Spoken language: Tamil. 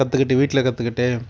கற்றுக்கிட்டு வீட்டில் கற்றுக்கிட்டே